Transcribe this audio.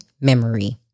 Memory